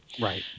Right